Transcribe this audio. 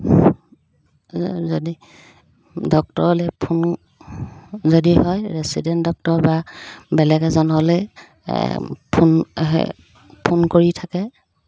যদি ডক্তৰলৈ ফোন যদি হয় ৰেচিডেণ্ট ডক্তৰ বা বেলেগ এজলৈ ফোন ফোন কৰি থাকে